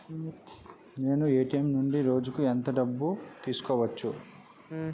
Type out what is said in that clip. నేను ఎ.టి.ఎం నుండి రోజుకు ఎంత డబ్బు తీసుకోవచ్చు?